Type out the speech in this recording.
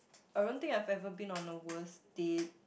I don't think I've ever been on a worst date